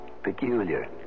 peculiar